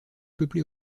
peuplés